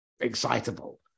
excitable